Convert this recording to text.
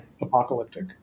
apocalyptic